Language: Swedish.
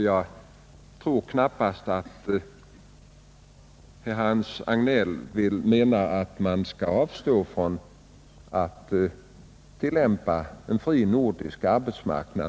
Jag tror knappast att Hans Hagnell menar att vi skall avstå från att tillämpa principen om en fri nordisk arbetsmarknad.